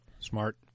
Smart